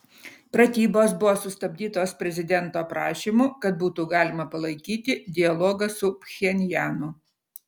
pratybos buvo sustabdytos prezidento prašymu kad būtų galima palaikyti dialogą su pchenjanu